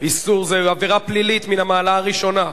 היא עבירה פלילית מן המעלה הראשונה.